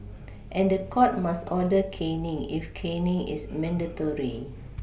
and the court must order caning if caning is mandatory